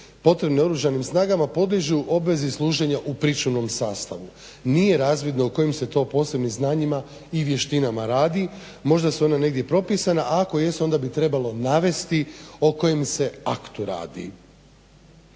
potrebne oružanim snagama podliježu obvezi služenja u pričuvnom sastavu." Nije razvidno u kojim se to posebnim znanjima i vještinama radi, možda se one negdje i propisane, a ako jesu onda bi trebalo navesti o kojem se aktu radi.